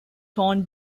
torn